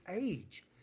age